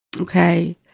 okay